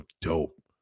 dope